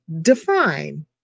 define